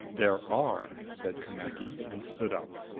there are, said carnacki and stood up.